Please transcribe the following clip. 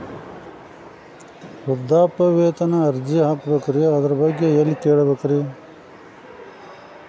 ವೃದ್ಧಾಪ್ಯವೇತನ ಅರ್ಜಿ ಹಾಕಬೇಕ್ರಿ ಅದರ ಬಗ್ಗೆ ಎಲ್ಲಿ ಕೇಳಬೇಕ್ರಿ?